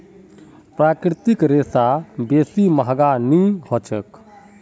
प्राकृतिक रेशा बेसी महंगा नइ ह छेक